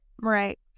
Right